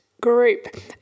group